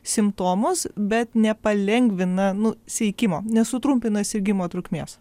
simptomus bet ne palengvina nu sveikimo nesutrumpina sirgimo trukmės